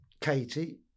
Katie